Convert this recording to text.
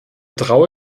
traue